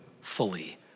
fully